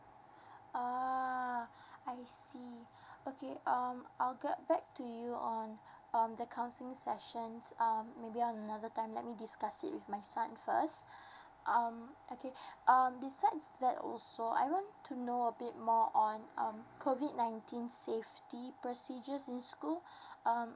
ah I I see um okay um I'll get back to you on um the counselling sessions um maybe another time let me discuss it with my son first um okay um besides that also I want to know a bit more on um COVID nineteens safety procedures in school um